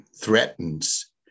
threatens